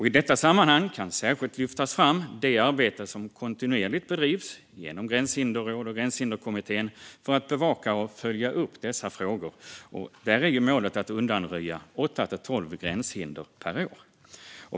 I detta sammanhang kan särskilt lyftas fram det arbete som kontinuerligt bedrivs genom Gränshinderrådet och Gränshinderkommittén för att bevaka och följa upp dessa frågor. Där är ju målet att undanröja åtta till tolv gränshinder per år.